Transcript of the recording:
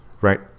right